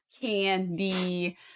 candy